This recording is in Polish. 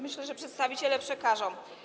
Myślę, że przedstawiciele przekażą.